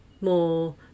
more